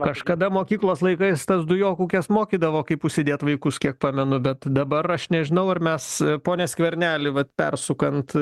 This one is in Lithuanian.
kažkada mokyklos laikais tas dujokaukes mokydavo kaip užsidėt vaikus kiek pamenu bet dabar aš nežinau ar mes pone skverneli vat persukant